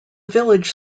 village